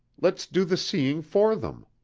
let's do the seeing for them!